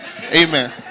Amen